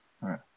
right